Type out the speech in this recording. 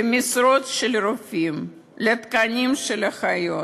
למשרות של רופאים, לתקנים של אחיות.